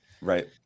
right